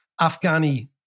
Afghani